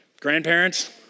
Grandparents